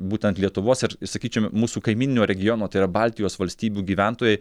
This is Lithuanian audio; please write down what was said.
būtent lietuvos ir sakyčiau mūsų kaimyninio regiono tai yra baltijos valstybių gyventojai